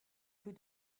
plus